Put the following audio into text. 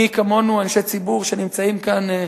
מי כמונו, אנשי ציבור שנמצאים כאן,